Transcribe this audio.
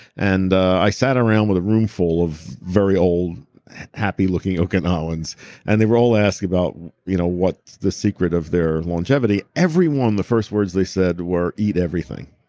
and i sat around with a room full of very old happy looking okinawans and they were all asking about, you know what's the secret of their longevity? everyone, the first words they said were, eat everything.